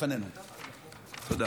תודה